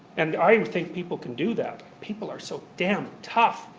and i think people can do that. people are so damn tough,